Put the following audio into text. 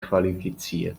qualifiziert